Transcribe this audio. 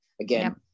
again